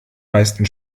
meisten